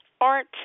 art